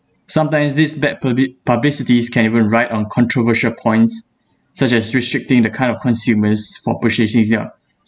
sometimes this bad publi~ publicities can even write on controversial points such as restricting the kind of consumers for